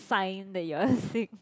sign that you are sick